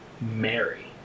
Mary